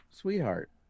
sweetheart